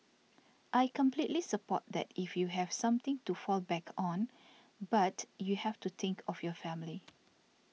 I completely support that if you have something to fall back on but you have to think of your family